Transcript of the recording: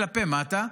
כלפי מטה,